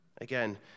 Again